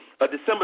December